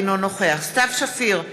אינו נוכח סתיו שפיר,